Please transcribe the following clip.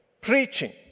preaching